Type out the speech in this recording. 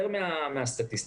יותר מהסטטיסטיקה,